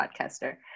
podcaster